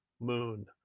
Moon